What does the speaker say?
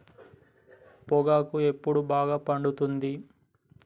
పొగాకు ఎప్పుడు బాగా పండుతుంది?